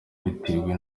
bitewe